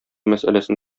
мәсьәләсен